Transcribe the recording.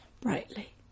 brightly